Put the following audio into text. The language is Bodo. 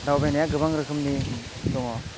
दावबायनाया गोबां रोखोमनि दङ